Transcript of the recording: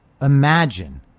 Imagine